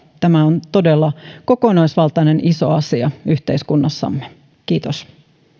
tämä on todella kokonaisvaltainen iso asia yhteiskunnassamme kiitos